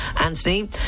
Anthony